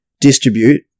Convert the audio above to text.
distribute